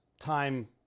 time